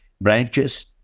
branches